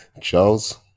Charles